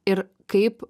ir kaip